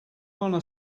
wanta